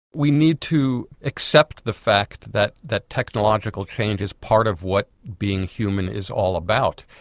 we need to accept the fact that that technological change is part of what being human is all about,